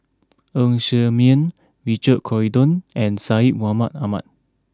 Ng Ser Miang Richard Corridon and Syed Mohamed Ahmed